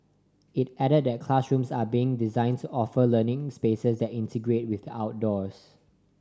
it added that classrooms are being designed to offer learning spaces that integrate with the outdoors